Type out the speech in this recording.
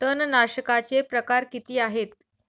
तणनाशकाचे प्रकार किती आहेत?